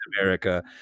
America